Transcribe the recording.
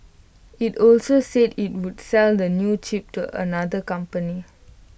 IT also said IT would sell the new chip to other companies